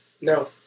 No